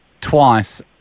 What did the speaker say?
twice